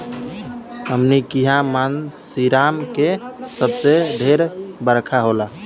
हमनी किहा मानसींराम मे सबसे ढेर बरखा होला